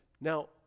Now